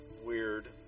weird